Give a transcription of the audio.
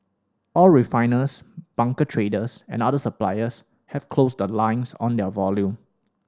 all refiners bunker traders and other suppliers have closed the lines on their volume